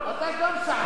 אותך הם יקבלו.